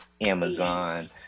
Amazon